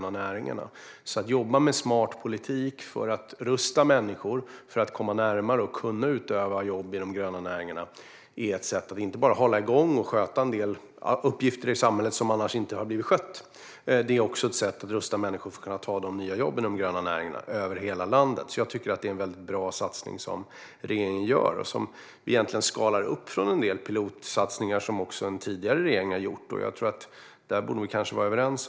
Att jobba med smart politik för att människor ska komma närmare och kunna utöva jobb i de gröna näringarna är inte bara ett sätt att sköta en del uppgifter i samhället som annars inte skulle ha blivit skötta utan också ett sätt att rusta människor att ta nya jobb i de gröna näringarna över hela landet. Jag tycker att det är en väldigt bra satsning som regeringen gör, som egentligen skalar upp från en del pilotsatsningar som tidigare regeringar har gjort. Där borde vi kanske vara överens.